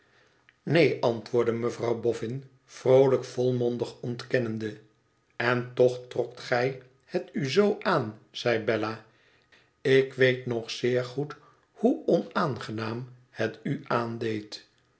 neen antwoordde mevrouw bofi vroolijk volmondig ontken nende t en toch trokt gij het u zoo aan zei bella ik weet nog zeer goed hoe onaangenaam het u aandeed